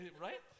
Right